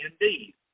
indeed